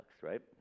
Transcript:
right